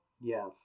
Yes